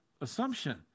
assumption